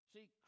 See